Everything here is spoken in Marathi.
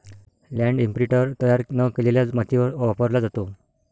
लँड इंप्रिंटर तयार न केलेल्या मातीवर वापरला जातो